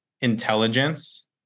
intelligence